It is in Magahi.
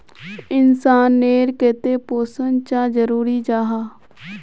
इंसान नेर केते पोषण चाँ जरूरी जाहा?